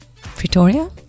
Pretoria